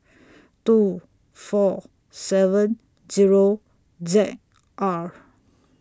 two four seven Zero Z R